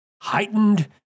heightened